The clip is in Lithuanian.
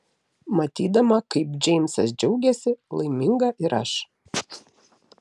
matydama kaip džeimsas džiaugiasi laiminga ir aš